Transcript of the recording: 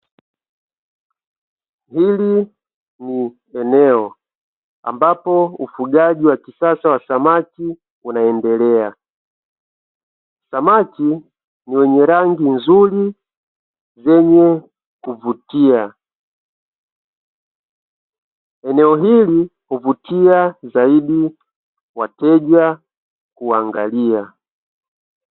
Hili ni eneo ambapo ufugaji wa kisasa wa samaki unaendelea. Samaki ni wenye rangi nzuri zenye kuvutia. Eneo hili huvutia zaidi wateja kuangalia.